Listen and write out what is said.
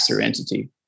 entity